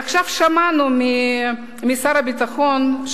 עכשיו שמענו מהשר לביטחון פנים,